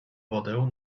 wodę